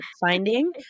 finding